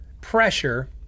pressure